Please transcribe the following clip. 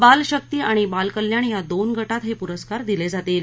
बाल शक्ती आणि बाल कल्याण या दोन गटात हे पुरस्कार दिले जातील